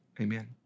Amen